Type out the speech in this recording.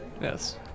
Yes